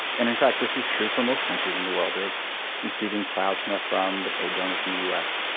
and in fact this is true for most countries in the world they are receiving plasma from the paid donors in the us.